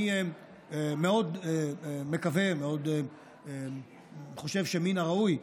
אני מאוד מקווה, חושב שמן הראוי,